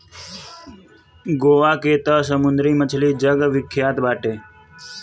गोवा के तअ समुंदरी मछली जग विख्यात बाटे